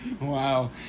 Wow